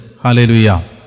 Hallelujah